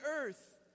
earth